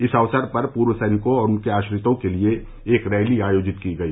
इस अवसर पर पूर्व सैनिकों और उनके आश्रितों के लिए एक रैली आयोजित की गई